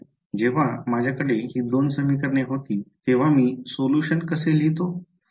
जेव्हा माझ्याकडे ही 2 समीकरणे होती तेव्हा मी सोल्यूशन कसे लिहितो